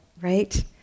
right